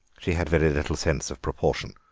she had very little sense of proportion.